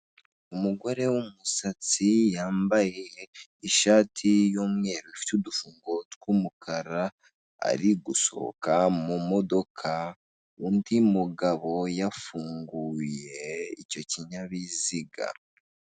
Umugore w'umusatsi yambaye ishati y'umweru ufite udufungo tw'umukara ari gusohoka mu modoka undi mugabo yafunguye icyo kinyabiziga.